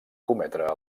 cometre